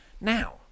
Now